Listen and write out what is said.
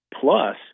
Plus